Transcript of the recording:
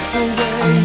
away